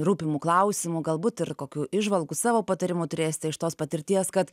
rūpimu klausimu galbūt ir kokių įžvalgų savo patarimų turėsite iš tos patirties kad